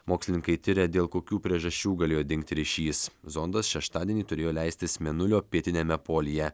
mokslininkai tiria dėl kokių priežasčių galėjo dingti ryšys zondas šeštadienį turėjo leistis mėnulio pietiniame polyje